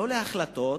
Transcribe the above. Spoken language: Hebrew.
לא להחלטות,